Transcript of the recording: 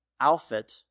outfit